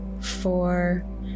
four